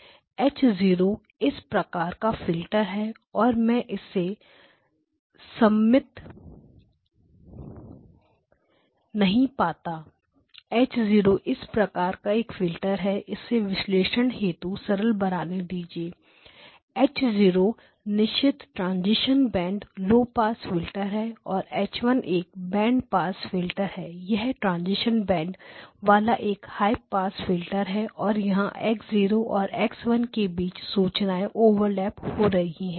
H 0 इस प्रकार का फिल्टर है और मैं इसे सममित नहीं पाता H 0 इस प्रकार का एक फिल्टर है इसे विश्लेषण हेतु सरल बनाने दीजिए H 0 निश्चित transition band low pass filter है और H 1 एक बैंड पास फिल्टर है यह ट्रांजीशन बैंड वाला एक हाई पास फिल्टर है और यहां x0 और x1 के बीच सूचनाएं ओवरलैपहो रही है